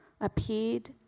appeared